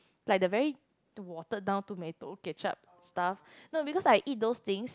like the very the watered down too many to~ ketchup stuff no because I eat those things